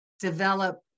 develop